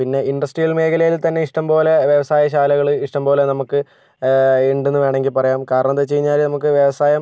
പിന്നെ ഇൻഡസ്ട്രിയിൽ മേഖലയിൽ തന്നെ ഇഷ്ട്ടം പോലെ വ്യവസായ ശാലകള് ഇഷ്ട്ടം പോലെ നമുക്ക് ഉണ്ടെന്ന് വേണമെങ്കിൽ പറയാം കാരണം എന്താന്ന് വച്ച് കഴിഞ്ഞാല് നമുക്ക് വ്യവസായം